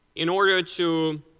in order to